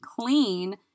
clean